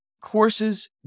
Courses